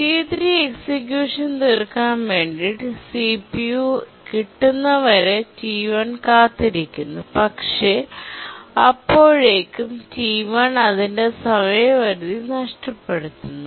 T3 execution തീർക്കാൻ വേണ്ടി C P U കിട്ടുന്നത് വരെ T1 കാത്തിരിക്കുന്നു പക്ഷേ അപ്പോഴേക്കും T1 അതിന്റെ സമയപരിധി നഷ്ടപ്പെടുത്തുന്നു